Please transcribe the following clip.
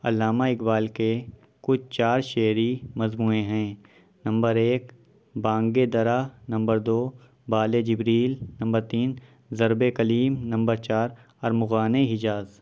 علامہ اقبال کے کچھ چار شعری مجموعے ہیں نمبر ایک بانگ درا نمبر دو بال جبریل نمبر تین ضرب کلیم نمبر چار ارمغان حجاز